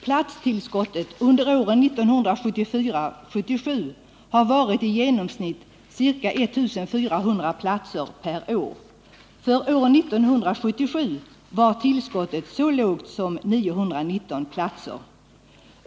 Platstillskottet under åren 1974-1977 har varit i genomsnitt ca 1 400 platser per år. För år 1977 var tillskottet så lågt som 919 platser.